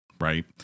Right